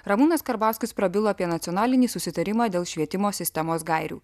ramūnas karbauskis prabilo apie nacionalinį susitarimą dėl švietimo sistemos gairių